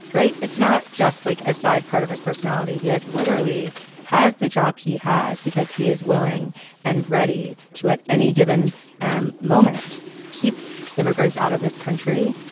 right. it's not just like a side part of his personality. he has literally has the job he has. because he is willing and ready to at any given and moment keep immigrants out of this country,